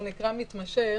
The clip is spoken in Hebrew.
הוא נקרא "מתמשך",